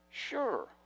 Sure